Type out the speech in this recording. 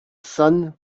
sun